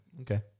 Okay